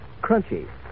crunchy